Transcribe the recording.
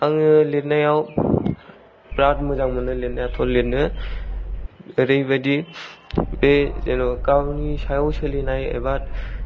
आङो लिरनायाव बिराद मोजां मोनो लिरनायावथ' लिरनो ओरैबायदि बे जेनबा गावनि सायाव सोलिनाय एबा